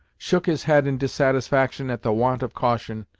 shook his head in dissatisfaction at the want of caution,